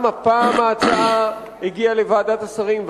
גם הפעם ההצעה הגיעה לוועדת השרים.